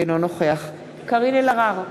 אינו נוכח קארין אלהרר,